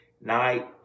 night